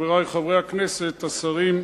חברי חברי הכנסת, השרים,